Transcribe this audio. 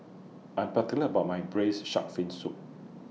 I'm particular about My Braised Shark Fin Soup